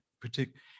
particular